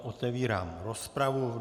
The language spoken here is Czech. Otevírám rozpravu.